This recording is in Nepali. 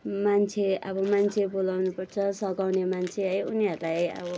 मान्छे अब मान्छे बोलाउनु पर्छ सघाउने मान्छे है उनीहरूलाई अब